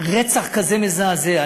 רצח כזה מזעזע.